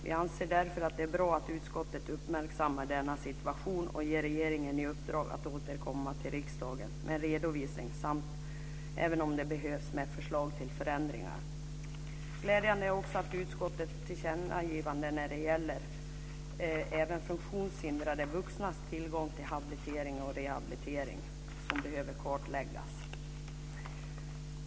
Vi anser därför att det är bra att utskottet uppmärksammar denna situation och ger regeringen i uppdrag att återkomma till riksdagen med en redovisning samt om det behövs även med förslag till förändringar. Glädjande är också utskottets tillkännagivande om att även funktionshindrade vuxnas tillgång till habilitering och rehabilitering behöver kartläggas.